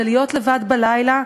זה להיות לבד בלילה,